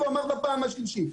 אני אומר בפעם השלישית,